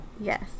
yes